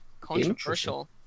controversial